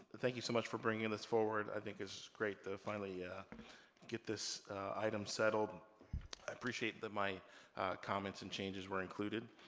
thank you so much for bringing this forward. i think it's great to finally yeah get this item settled appreciate that my comments and changes were included.